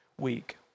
week